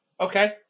Okay